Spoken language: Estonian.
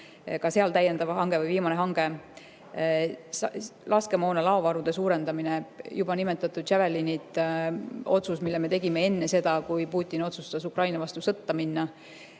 nimetama, täiendav hange või viimane hange ja laskemoona laovarude suurendamine. Juba nimetatud Javelinid – otsus, mille me tegime enne seda, kui Putin otsustas Ukraina vastu sõtta minna.